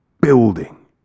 building